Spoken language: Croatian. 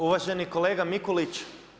Uvaženi kolega Mikulić.